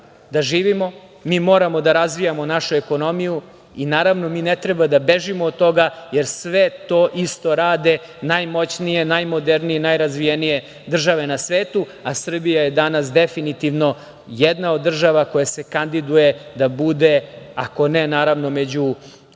da živimo, mi moramo da razvijamo našu ekonomiju i, naravno, ne treba da bežimo od toga, jer sve to isto rade najmoćnije, najmodernije, najrazvijenije države na svetu, a Srbija je danas definitivno jedna od država koja se kandiduje da bude, ako ne među